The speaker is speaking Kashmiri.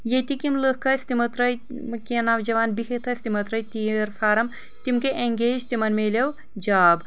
ییٚتیکۍ یم لُکھ ٲسۍ تمو ترٲے کینٛہہ نوجوان بہتھ ٲسۍ تمو ترٲے تیٖر فارم تم گٔے ایٚنگیج تمن مِلیو جاب